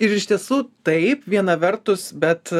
ir iš tiesų taip viena vertus bet